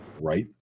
Right